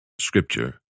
Scripture